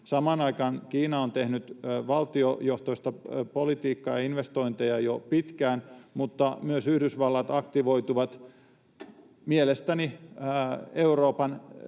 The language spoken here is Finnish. Samaan aikaan Kiina on tehnyt valtiojohtoista politiikkaa ja investointeja jo pitkään, mutta myös Yhdysvallat aktivoituu mielestäni Euroopan